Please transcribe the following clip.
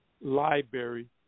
Library